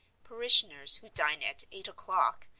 parishioners who dine at eight o'clock,